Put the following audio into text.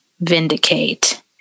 vindicate